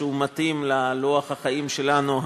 שמתאים ללוח החיים שלנו,